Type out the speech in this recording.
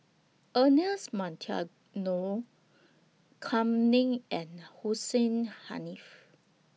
Ernest Kam Ning and Hussein Haniff